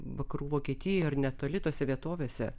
vakarų vokietijoj ir netoli tose vietovėse